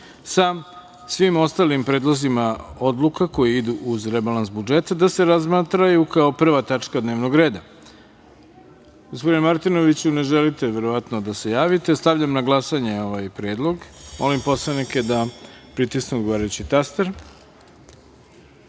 sa svim ostalim predlozima odluka koje idu uz rebalans budžeta, da se razmatraju kao 1. tačka dnevnog reda. Gospodine Martinoviću, ne želite verovatno da se javite. Stavljam na glasanje ovaj predlog. Molim poslanike da pritisnu odgovarajući